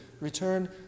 return